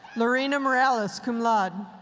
lorena morales, cum laude.